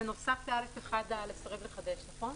ונוסף ל-(א1) "לסרב לחדש", נכון?